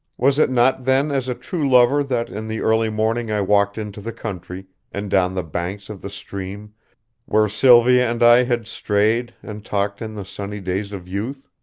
was it not then as a true lover that in the early morning i walked into the country, and down the banks of the stream where sylvia and i had strayed and talked in the sunny days of youth?